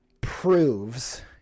proves